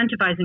incentivizing